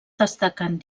destaquen